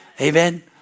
Amen